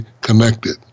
connected